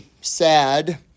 sad